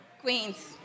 Queens